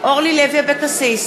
אורלי לוי אבקסיס,